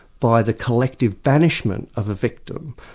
by the collective banishment of a victim,